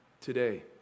Today